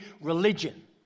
religion